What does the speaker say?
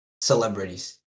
celebrities